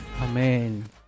Amen